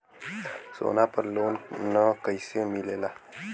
सोना पर loan कइसे मिलेला?